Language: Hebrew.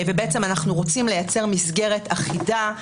ובעצם אנחנו רוצים לייצר מסגרת אחידה,